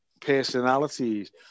personalities